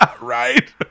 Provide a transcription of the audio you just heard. right